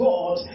God